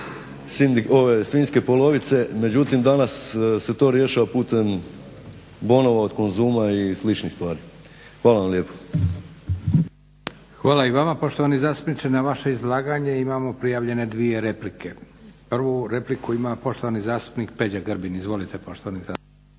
svinjske polovice. Međutim danas se to rješava putem bonova od Konzuma i sličnih stvari. Hvala vam lijepo. **Leko, Josip (SDP)** Hvala i vama poštovani zastupniče. Na vaše izlaganje imamo prijavljene dvije replike. Prvu repliku ima poštovani zastupnik Peđa Grbin. Izvolite poštovani zastupniče.